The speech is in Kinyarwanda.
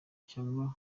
cyangwa